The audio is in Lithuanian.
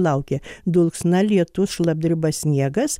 laukia dulksna lietus šlapdriba sniegas